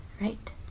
right